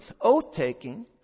oath-taking